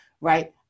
right